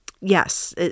yes